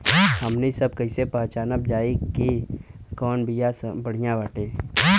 हमनी सभ कईसे पहचानब जाइब की कवन बिया बढ़ियां बाटे?